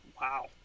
Wow